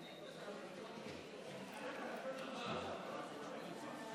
ווליד טאהא,